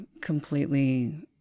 completely